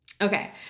Okay